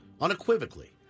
Unequivocally